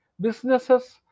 businesses